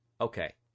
okay